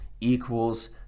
equals